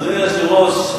אדוני היושב-ראש,